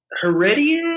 Heredia